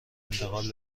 انتقال